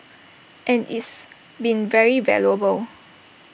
and it's been very valuable